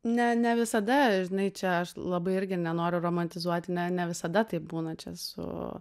ne ne visada žinai čia aš labai irgi nenoriu romantizuoti ne ne visada taip būna čia su